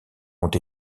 ont